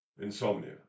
Insomnia